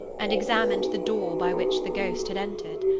and examined the door by which the ghost had entered.